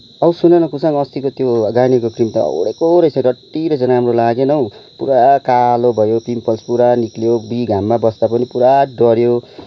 औ सुनन कुसाङ अस्तिको त्यो गार्नियरको क्रिम त हाउडेको रहेछ रड्डी रहेछ राम्रो लागेन हो पुरा कालो भयो पिम्पल्स पुरा निस्कियो अबुई घाममा बस्दा पनि पुरा डढ्यो